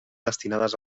destinades